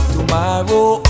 Tomorrow